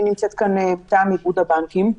אני נמצאת כאן מטעם איגוד הבנקים.